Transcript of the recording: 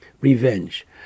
revenge